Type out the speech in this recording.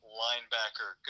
linebacker